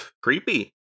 creepy